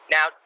Now